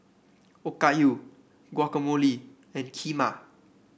Okayu Guacamole and Kheema